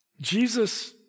Jesus